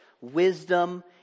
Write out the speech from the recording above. wisdom